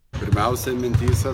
pirmiausia mintyse